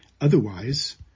Otherwise